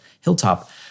hilltop